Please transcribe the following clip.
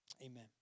Amen